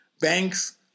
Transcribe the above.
Banks